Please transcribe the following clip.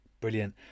Brilliant